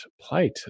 plight